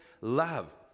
love